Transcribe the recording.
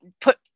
put